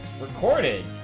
recorded